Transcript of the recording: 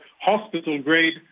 hospital-grade